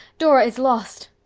dora is lost!